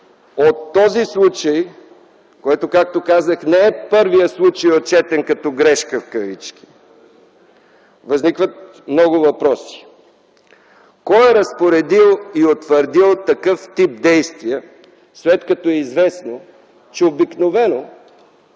От този случай, който, както казах, не е първият случай, отчетен като грешка в кавички, възникват много въпроси: Кой е разпоредил и утвърдил такъв тип действия, след като е известно, че обикновено